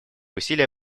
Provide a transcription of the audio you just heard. усилия